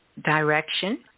direction